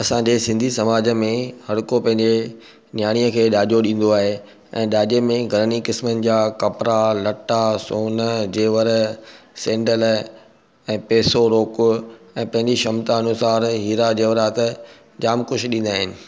असांजे सिंधी समाज में हरुको पंहिंजे नियाणिअ खें ॾाजो ॾींदो आहे ऐं ॾाजे मे ही घणनि ई किस्मनि जा कपिड़ा लट्टा सोन जेवर सेंडल ऐं पैसो रोकु ऐं पंहिंजी क्षमता अनुसारु हीरा जेवरात जाम कुझु ॾींदा आहिनि